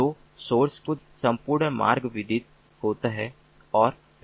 तो सोर्स को सम्पूर्ण मार्ग विदित होता है और पैकेट को दिया जाता है